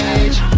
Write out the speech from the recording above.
age